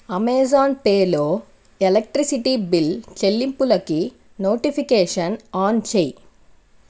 Amazon పేలో electricity bill చెల్లింపులకి notification on చెయ్యి